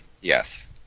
Yes